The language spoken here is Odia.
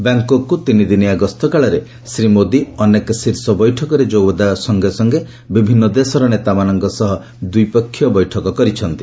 ବ୍ୟାଙ୍କକ୍କୁ ତିନି ଦିନିଆ ଗସ୍ତ କାଳରେ ଶ୍ରୀ ମୋଦୀ ଅନେକ ଶୀର୍ଷ ବୈଠକରେ ଯୋଗ ଦେବା ସଙ୍ଗେ ସଙ୍ଗେ ବିଭିନ୍ନ ଦେଶର ନେତାମାନଙ୍କ ସହ ଦ୍ୱିପକ୍ଷିୟ ବୈଠକ କରିଛନ୍ତି